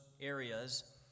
areas